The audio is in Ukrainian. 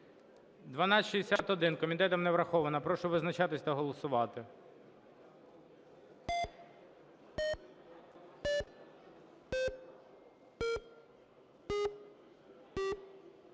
1259, комітетом не підтримана. Прошу визначатись та голосувати.